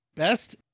Best